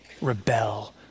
rebel